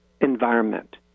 environment